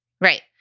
Right